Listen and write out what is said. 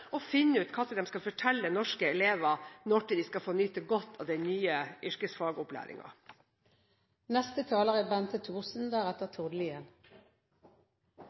og finner ut når de skal fortelle norske elver om når de skal få nyte godt av den nye